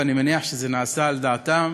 ואני מניח שזה נעשה על דעתם